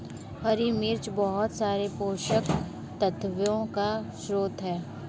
हरी मिर्च बहुत सारे पोषक तत्वों का स्रोत है